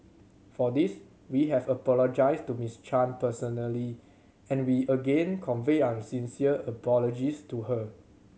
for this we have apologised to Miss Chan personally and we again convey our sincere apologies to her